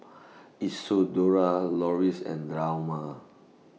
Isidore Loris and Delmar